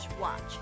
watch